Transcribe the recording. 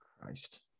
Christ